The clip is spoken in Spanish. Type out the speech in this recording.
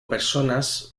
personas